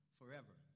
forever